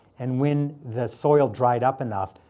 and when the soil dried up enough,